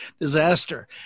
disaster